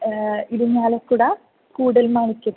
इदिमालक्कुडा Koodalmanikyam